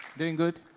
doing good.